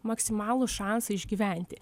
maksimalų šansą išgyventi